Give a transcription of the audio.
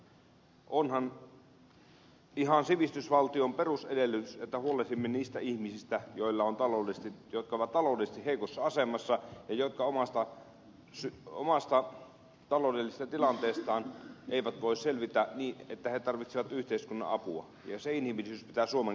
onhan ihan sivistysvaltion perusedellytys että huolehdimme niistä ihmisistä jotka on taloudellisesti heikossa asemassa ja jotka omasta taloudellisesta tilanteestaan eivät voi selvitä vaan he tarvitsevat yhteiskunnan apua ja se inhimillisyys pitää suomen kansalla olla